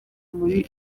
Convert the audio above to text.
muri